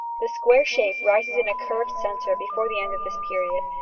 the square shape rises in a curved centre before the end of this period,